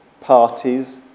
parties